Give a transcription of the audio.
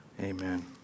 Amen